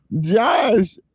Josh